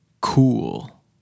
cool